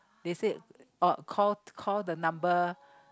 they said oh call call the number